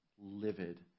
livid